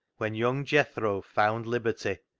when young jethro found liberty,